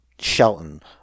Shelton